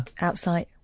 Outside